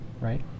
Right